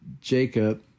Jacob